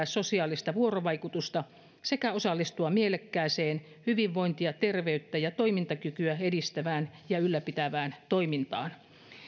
sosiaalista vuorovaikutusta sekä osallistua mielekkääseen hyvinvointia terveyttä ja toimintakykyä edistävään ja ylläpitävään toimintaan